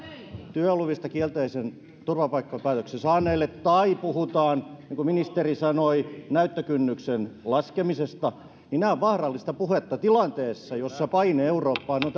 työluvista kielteisen turvapaikkapäätöksen saaneille tai jos puhutaan niin kuin ministeri sanoi näyttökynnyksen laskemisesta niin tämä on vaarallista puhetta tilanteessa jossa paine eurooppaan on